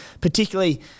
Particularly